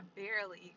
barely